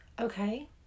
Okay